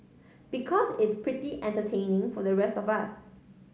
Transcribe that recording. because it's pretty entertaining for the rest of us